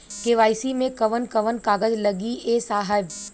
KYC मे कवन कवन कागज लगी ए साहब?